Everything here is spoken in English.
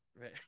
right